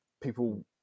people